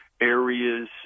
areas